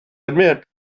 admit